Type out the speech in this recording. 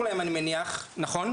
אסור להם אני מניח, נכון?